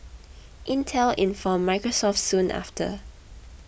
Intel informed Microsoft soon after